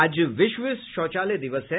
आज विश्व शौचालय दिवस है